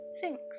Thanks